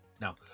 Now